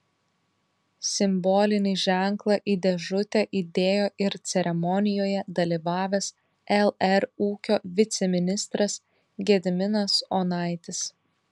simbolinį ženklą į dėžutę įdėjo ir ceremonijoje dalyvavęs lr ūkio viceministras gediminas onaitis